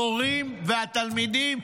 המורים והתלמידים,